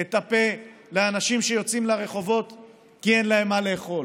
את הפה לאנשים שיוצאים לרחובות כי אין להם מה לאכול.